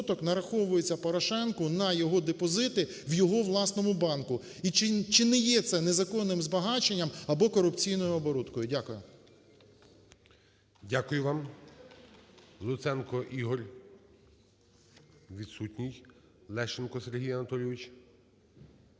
нараховується Порошенку на його депозити в його власному банку, і чи не є це незаконним збагаченням або корупційною оборудкою. Дякую. ГОЛОВУЮЧИЙ. Дякую вам. Луценко Ігор. Відсутній. Лещенко Сергій Анатольович.